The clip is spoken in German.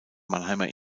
mannheimer